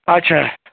اچھا